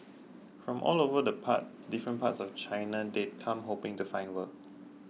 from all over the different parts of China they'd come hoping to find work